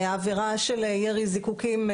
העבירה של ירי זיקוקים,